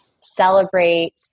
celebrate